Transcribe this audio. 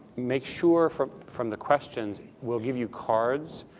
make sure from from the questions we'll give you cards.